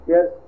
Yes